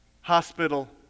hospital